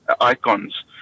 icons